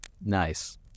Nice